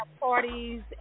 parties